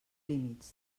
límits